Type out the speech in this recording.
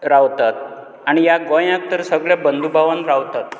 रावतात आनी ह्या गोंयात तर सगले बंदूभावान रावतात